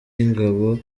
y’ingabo